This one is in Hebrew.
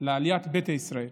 לעליית ביתא ישראל.